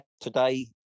today